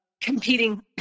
competing